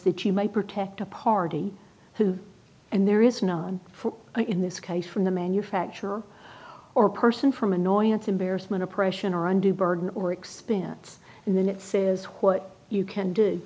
that you might protect a party who and there is none for you in this case from the manufacturer or person from annoyance embarrassment oppression or undue burden or expense and then it says what you can do